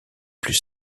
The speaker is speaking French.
plus